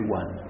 one